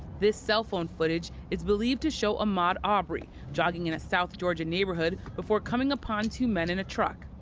this cell phone footage is believed to show ahmaud arbery jogging in a south georgia neighborhood before coming upon two men in a truck.